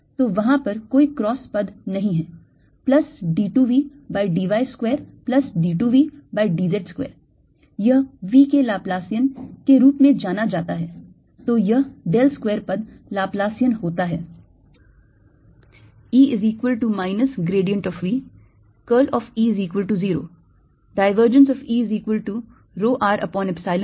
तो वहां पर कोई क्रॉस पद नहीं हैं - plus d 2 V by dy square plus d 2 V by dz square